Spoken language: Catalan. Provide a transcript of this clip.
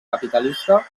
capitalista